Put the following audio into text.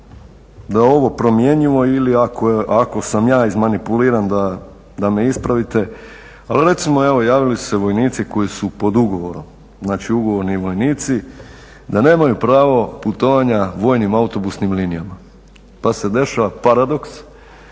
je ovo promjenjivo ili ako sam ja izmanipuliran da me ispravite. Ali recimo evo javili su se vojnici koji su pod ugovorom, znači ugovorni vojnici, da nemaju pravo putovanja vojnim autobusnim linijama. Pa se dešava paradoks